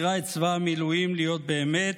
מצוין, גם, בוודאי.